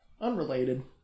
Unrelated